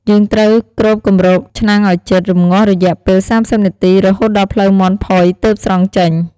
យើងត្រូវគ្របគម្របឆ្នាំងឱ្យជិត រំងាស់រយៈពេល៣០នាទី រហូតដល់ភ្លៅមាន់ផុយទើបស្រង់ចេញ។